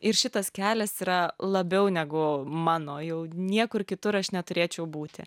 ir šitas kelias yra labiau negu mano jau niekur kitur aš neturėčiau būti